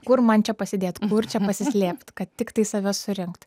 kur man čia pasidėt kur čia pasislėpt kad tiktai save surinkt